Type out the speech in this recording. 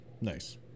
Nice